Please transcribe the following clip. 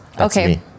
okay